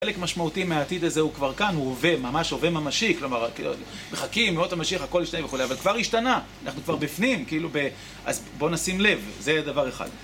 חלק משמעותי מהעתיד הזה הוא כבר כאן, הוא הווה ממש, הווה ממשי, כלומר, מחכים, ימות המשיח הכל ישתנה וכו', אבל כבר השתנה, אנחנו כבר בפנים, כאילו ב... אז בואו נשים לב, זה דבר אחד.